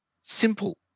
simple